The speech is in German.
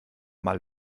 mal